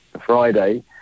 Friday